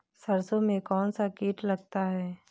सरसों में कौनसा कीट लगता है?